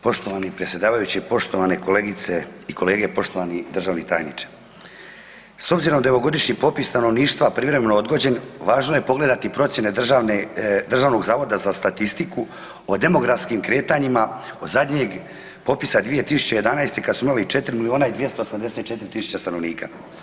Poštovani predsjedavajući, poštovane kolegice i kolege, poštovani državni tajniče, s obzirom da je ovogodišnji popis stanovništva privremeno odgođen važno je pogleda procjene Državnog zavoda za statistiku o demografskim kretanjima od zadnjeg popisa 2011. kad smo imali 4 miliona i 284 tisuće stanovnika.